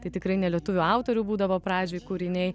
tai tikrai ne lietuvių autorių būdavo pradžioj kūriniai